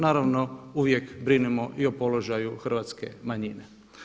Naravno uvijek brinemo i o položaju hrvatske manjine.